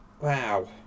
Wow